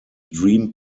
dream